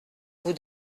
vous